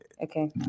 Okay